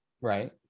right